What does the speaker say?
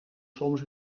soms